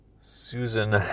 Susan